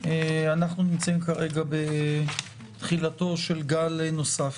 אנחנו נמצאים כרגע בתחילתו של גל נוסף.